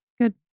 Good